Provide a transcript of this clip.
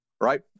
right